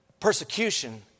Persecution